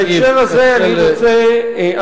רוצה,